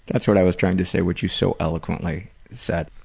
that's what i was trying to say what you so eloquently said.